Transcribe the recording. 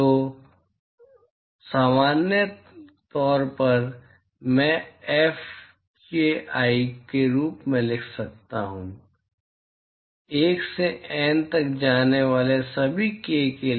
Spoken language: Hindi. तो सामान्य तौर पर मैं इसे Fki के रूप में लिख सकता हूं 1 से N तक जाने वाले सभी k के लिए